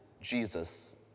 Jesus